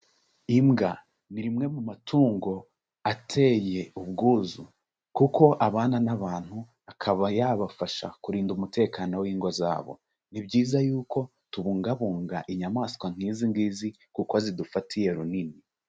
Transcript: Imbwa ni rimwe mu matungo ateye ubwuzu kuko abana n'abantu akaba yabafasha kurinda umutekano w'ingo zabo. Ni byiza yuko tubungabunga inyamaswa nk'izi ngizi kuko zidufatiye runini.